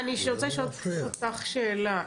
אני רוצה לשאול אותך שאלה,